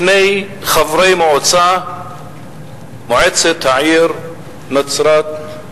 היום יש שני חברי מועצה במועצת העיר נצרת-עילית.